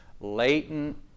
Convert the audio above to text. latent